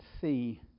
see